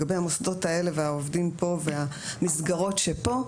לגבי המוסדות האלה והעובדים פה והמסגרות שפה,